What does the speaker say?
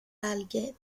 alghe